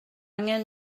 angen